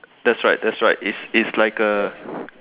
that's right that's right it's it's like a